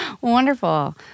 Wonderful